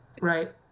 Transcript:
right